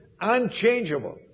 Unchangeable